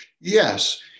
Yes